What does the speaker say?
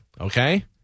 okay